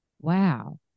wow